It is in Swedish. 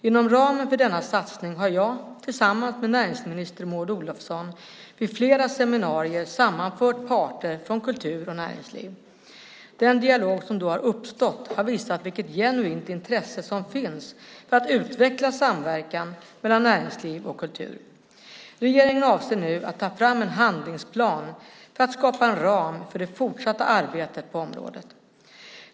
Inom ramen för denna satsning har jag tillsammans med näringsminister Maud Olofsson vid flera seminarier sammanfört parter från kultur och näringsliv. Den dialog som då har uppstått har visat vilket genuint intresse som finns för att utveckla samverkan mellan näringsliv och kultur. Regeringen avser nu att ta fram en handlingsplan för att skapa en ram för det fortsatta arbetet på området.